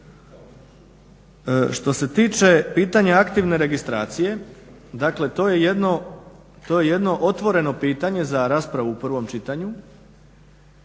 Što se tiče pitanja aktivne registracije dakle to je jedno otvoreno pitanje za raspravu u prvom čitanju